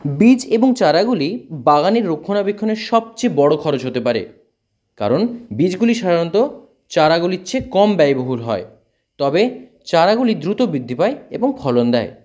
বীজ এবং চারাগুলি বাগানের রক্ষণাবেক্ষণের সবচেয়ে বড়ো খরচ হতে পারে কারণ বীজগুলি সাধারণত চারাগুলির চেয়ে কম ব্যয়বহুল হয় তবে চারাগুলি দ্রুত বৃদ্ধি পায় এবং ফলন দেয়